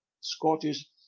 Scottish